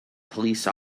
police